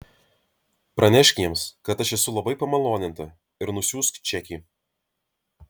pranešk jiems kad aš esu labai pamaloninta ir nusiųsk čekį